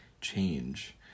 change